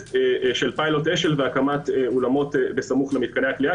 של פילוט אשל והקמת אולמו בסמוך למתקני הכליאה,